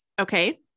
Okay